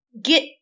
get